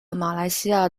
马来西亚